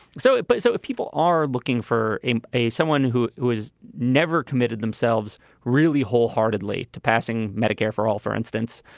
so but so if people are looking for a a someone who was never committed themselves really wholeheartedly to passing medicare for all, for instance,